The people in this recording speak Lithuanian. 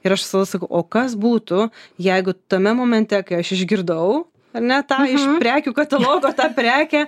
ir aš visada sakau o kas būtų jeigu tame momente kai aš išgirdau ar ne tą prekių katalogo tą prekę